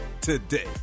today